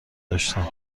داشتم